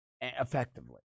effectively